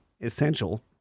essential